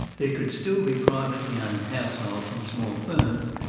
there could still be privately owned households and small firms,